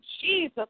Jesus